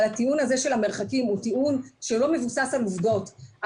אבל הטיעון הזה של המרחקים הוא טיעון שלא מבוסס על עובדות.